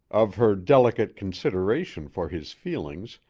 of her delicate consideration for his feelings,